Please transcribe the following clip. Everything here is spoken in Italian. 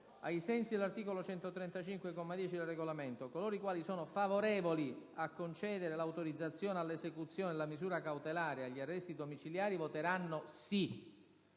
ai sensi dell'articolo 135, comma 10, del Regolamento, coloro i quali sono favorevoli a concedere l'autorizzazione all'esecuzione della misura cautelare agli arresti domiciliari voteranno sì,